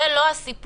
זה לא הסיפור.